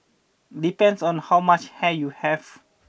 depends on how much hair you have